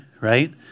right